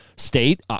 State